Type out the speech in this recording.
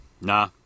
Nah